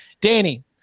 Danny